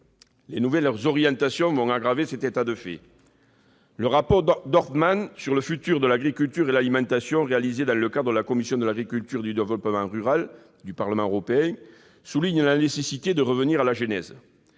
Les nouvelles orientations vont aggraver cet état de fait. Le rapport Dorfmann sur le futur de l'agriculture et de l'alimentation, réalisé dans le cadre de la commission de l'agriculture et du développement rural du Parlement européen, souligne la nécessité de revenir à la genèse